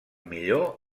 millor